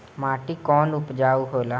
माटी कौन उपजाऊ होला?